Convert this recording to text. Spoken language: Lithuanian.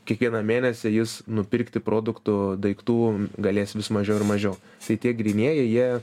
kiekvieną mėnesį jis nupirkti produktų daiktų galės vis mažiau ir mažiau tai tie grynieji jie